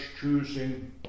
choosing